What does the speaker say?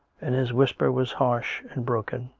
and his whisper was harsh and broken.